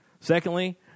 Secondly